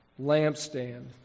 lampstand